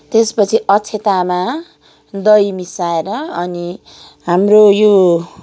त्यसपछि अक्षतामा दही मिसाएर अनि हाम्रो यो